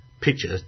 picture